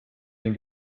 den